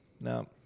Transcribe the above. no